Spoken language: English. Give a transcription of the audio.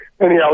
Anyhow